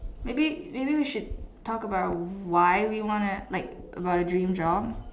maybe maybe we should talk about why we wanna like about a dream job